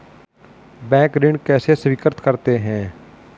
Bank ऋण कैसे स्वीकृत करते हैं?